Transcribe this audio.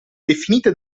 definite